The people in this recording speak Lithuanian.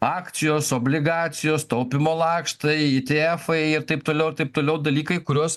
akcijos obligacijos taupymo lakštai ite efai ir taip toliau ir taip toliau dalykai kuriuos